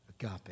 agape